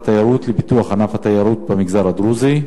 התיירות לפיתוח ענף התיירות במגזר הדרוזי?